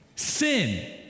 Sin